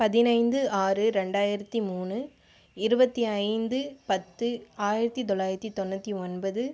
பதினைந்து ஆறு ரெண்டாயிரத்தி மூணு இருபத்தி ஐந்து பத்து ஆயிரத்தி தொள்ளாயிரத்து தொண்ணுற்றி ஒன்பது